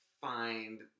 find